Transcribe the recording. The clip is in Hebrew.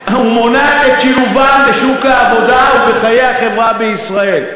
ומונעת שילוב חרדים בשוק העבודה ובחיי החברה בישראל.